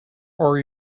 are